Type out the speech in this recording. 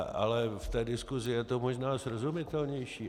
Ale v té diskusi je to možná srozumitelnější.